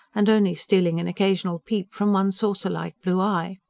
and only stealing an occasional peep from one saucer-like blue eye.